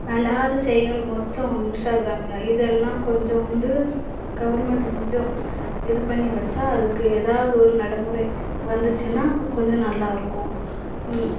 வேண்டாத செயல்கள் மொத்தம் இன்ஸ்டாக்ராமில் இது எல்லாம் கொஞ்சம் வந்து கவர்மெண்டு கொஞ்சம் இது பண்ணி வச்சால் அதுக்கு ஏதாவது ஒரு நடைமுறை வந்துச்சின்னால் கொஞ்சம் நல்லா இருக்கும்